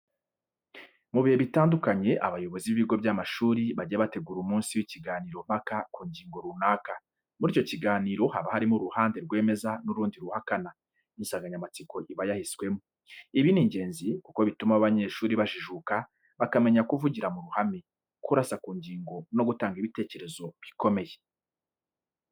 Mu bihe bitandukanye abayobozi b'ibigo by'amashuri bajya bategura umunsi w'ikiganiro mpaka ku ngingo runaka. Muri icyo kiganiro haba harimo uruhande rwemeza n'urundi ruhakana insanganyamatsiko iba yaheswemo. Ibi ni ingenzi kuko bituma abanyeshuri bajijuka, bakamenya kuvugira mu ruhame, kurasa ku ngingo no gutanga ibitekerezi bikomeye.